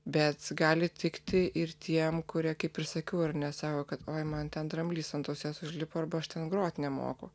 bet gali tikti ir tiem kurie kaip ir sakiau ar ne sako kad oi man ten dramblys ant ausies užlipo arba aš ten grot nemoku